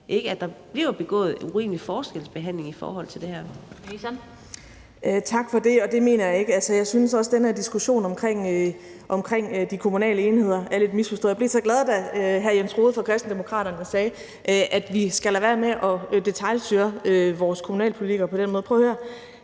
Kl. 12:23 Social- og ældreministeren (Astrid Krag): Tak for det. Det mener jeg ikke. Jeg synes også, at den her diskussion om de kommunale enheder er lidt misforstået. Jeg blev så glad, da hr. Jens Rohde fra Kristendemokraterne sagde, at vi skal lade være med at detailstyre vores kommunalpolitikere på den måde. Prøv at høre